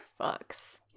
fucks